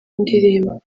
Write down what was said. ndirimbo